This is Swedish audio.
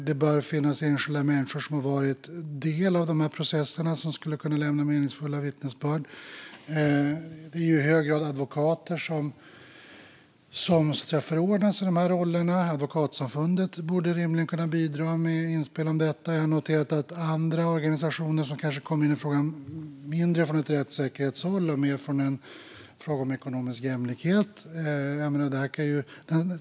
Det bör finnas enskilda människor som har varit en del av sådana processer som skulle kunna lämna meningsfulla vittnesbörd. Och det är i hög grad advokater som förordnas till de här rollerna. Advokatsamfundet borde rimligen kunna bidra med inspel. Jag har noterat att det även finns andra organisationer som kanske kommer in i frågan mindre från ett rättssäkerhetshåll och mer i fråga om ekonomisk jämlikhet.